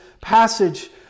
passage